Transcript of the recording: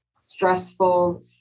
stressful